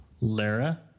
Lara